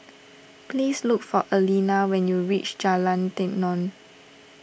please look for Aleena when you reach Jalan Tenon